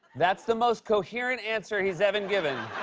that's the most coherent answer he's ever given.